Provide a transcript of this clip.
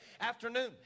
afternoon